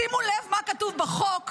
שימו לב מה כתוב בחוק,